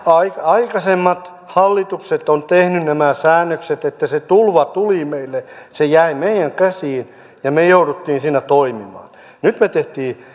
aikaisemmat hallitukset ovat tehneet nämä säännökset että se tulva tuli meille se jäi meidän käsiin ja me jouduimme siinä toimimaan nyt me teimme